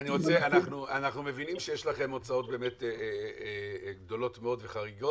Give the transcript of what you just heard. אנחנו מבינים שיש לכם הוצאות באמת גדולות מאוד וחריגות